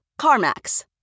CarMax